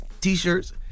T-shirts